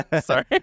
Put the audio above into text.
Sorry